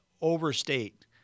overstate